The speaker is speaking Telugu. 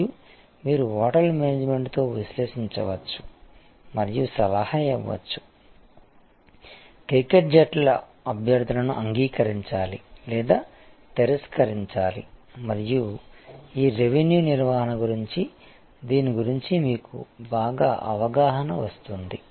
మరియు మీరు హోటల్ మేనేజ్మెంట్తో విశ్లేషించవచ్చు మరియు సలహా ఇవ్వవచ్చు క్రికెట్ జట్ల అభ్యర్థనను అంగీకరించాలి లేదా తిరస్కరించాలి మరియు ఈ రెవెన్యూ నిర్వహణ గురించి దీని గురించి మీకు బాగా అవగాహన వస్తుంది